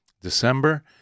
December